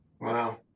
Wow